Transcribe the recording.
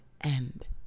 end